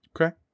Okay